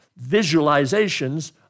visualizations